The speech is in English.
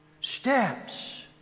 steps